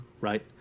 right